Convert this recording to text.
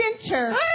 center